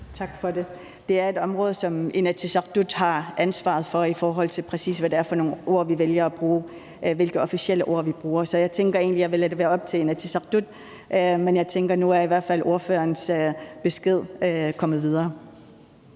Tak for det. Det er et område, som Inatsisartut har ansvaret for, i forhold til hvad det præcis er for nogle ord, vi vælger at bruge, altså hvilke officielle ord vi bruger. Så jeg tænker egentlig, at jeg vil lade det være op til Inatsisartut, men jeg tænker også, at nu er ordførerens besked i hvert